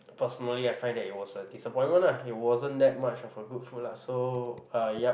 personally I find that it was a disappointment lah it wasn't that much of a good food lah so uh yup